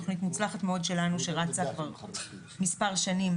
תכנית מוצלחת מאוד שלנו שרצה מספר שנים